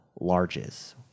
larges